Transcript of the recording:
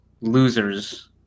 losers